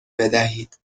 بدهید